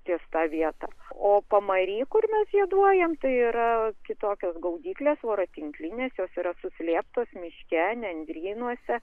ties ta vieta o pamary kur mes žieduojam tai yra kitokios gaudyklės voratinklinės jos yra suslėptos miške nendrynuose